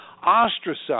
ostracized